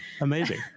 amazing